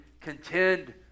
contend